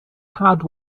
had